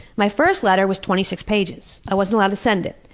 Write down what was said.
my first letter was twenty-six pages. i wasn't allowed to send it.